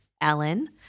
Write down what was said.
Ellen